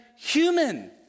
human